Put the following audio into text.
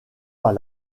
pas